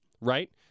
right